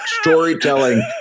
storytelling